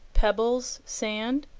pebbles, sand,